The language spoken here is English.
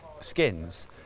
skins